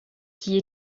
qui